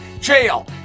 jail